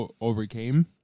overcame